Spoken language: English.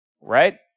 right